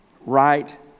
right